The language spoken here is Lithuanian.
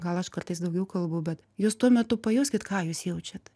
gal aš kartais daugiau kalbu bet jūs tuo metu pajauskit ką jūs jaučiat